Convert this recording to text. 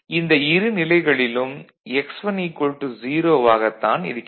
இந்த இரு நிலைகளிலும் x10 ஆகத் தான் இருக்கிறது